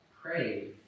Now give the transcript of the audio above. pray